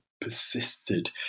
persisted